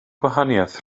gwahaniaeth